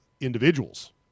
individuals